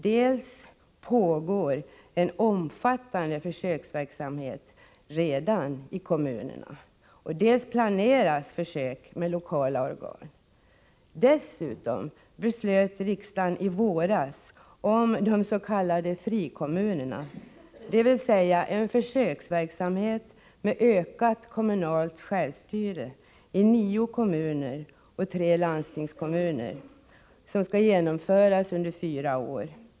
Det pågår en omfattande försöksverksamhet med lokala organ redan nu i kommunerna, och det planeras ännu fler försök. Dessutom beslöt riksdagen i våras om de s.k. frikommunerna. Det är en försöksverksamhet med ökat kommunalt självstyre i nio kommuner och tre landstingskommuner. Verksamheten skall pågå under fyra år.